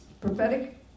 prophetic